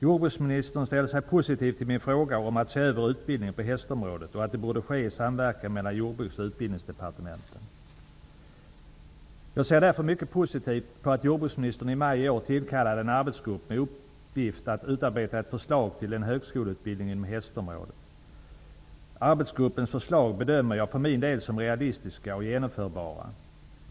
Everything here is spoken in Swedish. Jordbruksministern ställde sig positiv till min fråga om att se över utbildningen på hästområdet och sade att det borde ske i samverkan mellan jordbruks och utbildningsdepartementen. Jag ser därför mycket positivt på att jordbruksministern i maj i år tillkallade en arbetsgrupp med uppgift att utarbeta ett förslag till en högskoleutbildning inom hästområdet. Arbetsgruppens förslag bedömer jag för min del som realistiska och genomförbara.